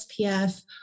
SPF